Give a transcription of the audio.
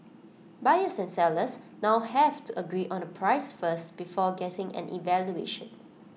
buyers and sellers now have to agree on A price first before getting an evaluation